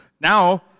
Now